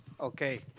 okay